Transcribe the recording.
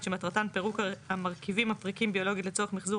שמטרתן פירוק המרכיבים הפריקים ביולוגית לצורך מיחזור,